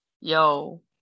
yo